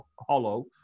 hollow